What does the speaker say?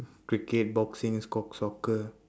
cricket boxing soccer